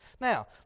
Now